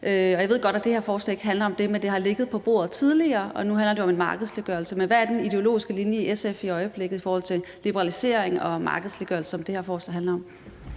Jeg ved godt, at det her forslag ikke handler om det, men det har ligget på bordet tidligere, og nu handler det jo om en markedsliggørelse. Hvad er den ideologiske linje i SF i øjeblikket i forhold til liberalisering og markedsliggørelse, som det her forslag handler om?